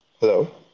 hello